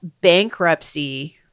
bankruptcy